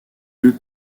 deux